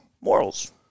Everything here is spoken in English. Morals